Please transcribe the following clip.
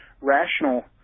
rational